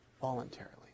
voluntarily